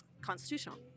constitutional